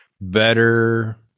better